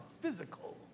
physical